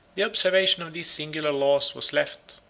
the observation of these singular laws was left,